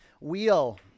Wheel